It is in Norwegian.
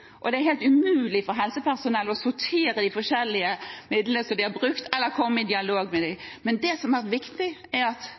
og det er helt umulig for helsepersonell å sortere de forskjellige midlene som de har brukt, eller komme i dialog med dem. Det